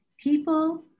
People